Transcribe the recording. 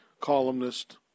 columnist